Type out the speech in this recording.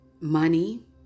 money